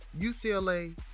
UCLA